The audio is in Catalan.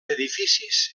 edificis